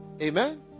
Amen